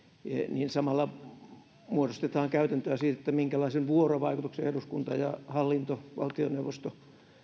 niin samalla muodostetaan käytäntöä siitä minkälaisen vuorovaikutuksen eduskunta ja hallinto valtioneuvosto